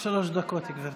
שלוש דקות, גברתי.